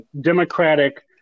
Democratic